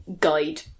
guide